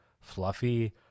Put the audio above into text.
fluffy